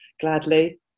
gladly